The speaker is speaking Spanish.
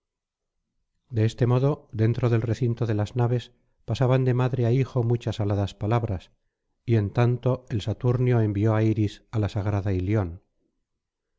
de este modo dentro del recinto de las naves pasaban de madre á hijo muchas aladas palabras y en tanto el saturnio envió á iris á la sagrada ilion